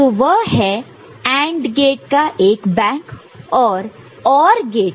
तो वह है AND गेट का एक बैंक और Or गेट